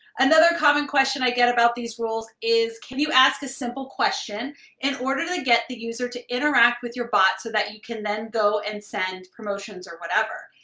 another common question i get about these rules is, can you ask a simple question in order to get the user to interact with your bots so that you can then go and send promotions or whatever?